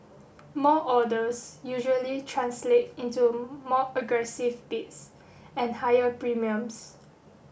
more orders usually translate into more aggressive bids and higher premiums